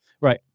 Right